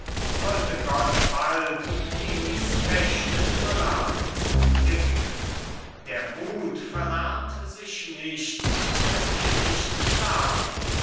wollte gott bald eh ich s fechten verlerne sickingen der mut verlernt sich nicht wie er sich nicht lernt